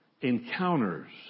encounters